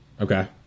Okay